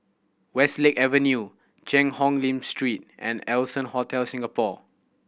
Westlake Avenue Cheang Hong Lim Street and Allson Hotel Singapore